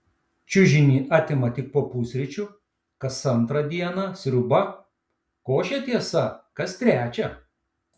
čiužinį atima tik po pusryčių kas antrą dieną sriuba košė tiesa kas trečią